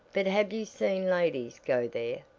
but have you seen ladies go there?